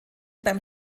beim